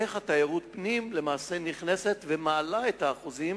איך תיירות הפנים תעלה בחזרה את האחוזים?